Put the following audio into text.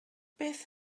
beth